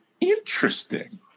Interesting